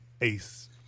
ace